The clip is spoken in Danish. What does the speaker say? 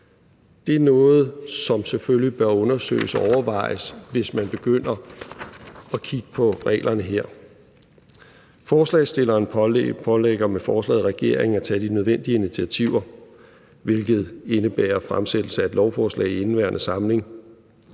Det er noget, som selvfølgelig bør undersøges og overvejes, hvis man begynder at kigge på reglerne her. Forslagsstillerne pålægger med forslaget regeringen at tage de nødvendige initiativer, hvilket indebærer fremsættelse af et lovforslag i indeværende samling.